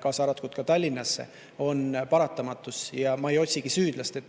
kaasa arvatud Tallinnasse. See on paratamatus ja ma ei otsigi süüdlasi.